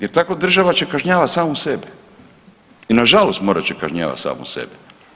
Jer tako država će kažnjavat samu sebe i nažalost morat će kažnjavat samu sebe.